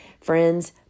Friends